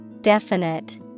Definite